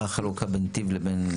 מה החלוקה בין טיב לבין?